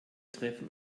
treffen